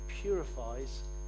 purifies